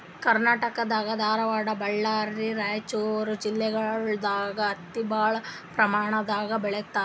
ಕರ್ನಾಟಕ್ ದಾಗ್ ಧಾರವಾಡ್ ಬಳ್ಳಾರಿ ರೈಚೂರ್ ಜಿಲ್ಲೆಗೊಳ್ ದಾಗ್ ಹತ್ತಿ ಭಾಳ್ ಪ್ರಮಾಣ್ ದಾಗ್ ಬೆಳೀತಾರ್